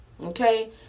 Okay